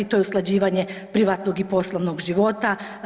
To je usklađivanje privatnog i poslovnog života.